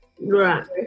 Right